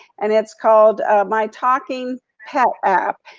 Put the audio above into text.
and it's called my talking pet app.